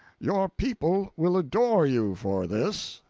your people will adore you for this.